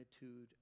magnitude